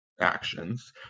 actions